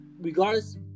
regardless